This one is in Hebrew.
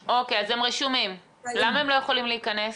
אוקיי, אז הם רשומים, למה הם לא יכולים להיכנס?